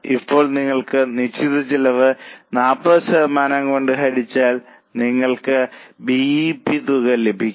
ഇപ്പോൾ നിങ്ങൾ നിശ്ചിത ചെലവ് 40 ശതമാനം കൊണ്ട് ഹരിച്ചാൽ നിങ്ങൾക്ക് ബി ഇ പി തുക ലഭിക്കും